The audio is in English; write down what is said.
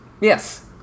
Yes